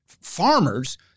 farmers